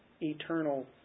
eternal